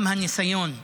גם הניסיון הנבזי,